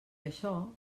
açò